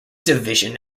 division